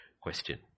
question